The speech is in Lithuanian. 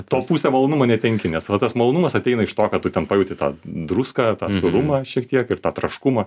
to pusę malonumo netenki nes tada tas malonumas ateina iš to kad tu ten pajauti tą druską tą sūrumą šiek tiek ir tą traškumą